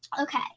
Okay